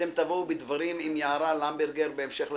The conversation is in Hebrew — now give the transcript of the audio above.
אתם תבואו בדברים עם יערה למברגר בהמשך לדברים,